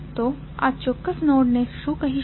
તો આપણે આ ચોક્કસ નોડને શું કહીશું